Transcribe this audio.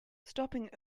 stopping